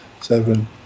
seven